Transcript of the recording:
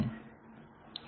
Aadl12dr jr